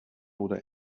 oder